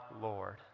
Lord